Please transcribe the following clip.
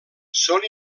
són